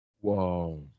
Whoa